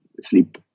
sleep